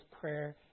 prayer